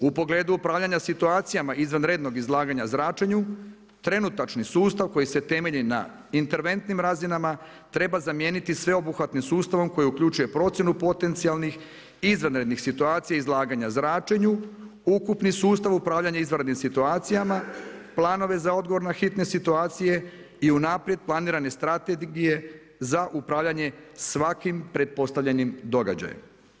U pogledu upravljanja situacijama izvanrednog izlaganja zračenju trenutačni sustav koji se temelji na interventnim razinama treba zamijeniti sveobuhvatnim sustavom koji uključuje procjenu potencijalnih i izvanrednih situacija i izlaganja zračenju, ukupni sustav upravljanja izvanrednim situacijama, planove za odgovorno hitne situacije i unaprijed planirane strategije za upravljanje svakim pretpostavljenim događajem.